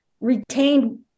retained